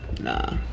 Nah